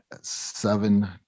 seven